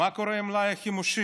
מה קורה עם מלאי החימושים?